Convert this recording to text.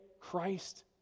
Christ